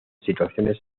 situaciones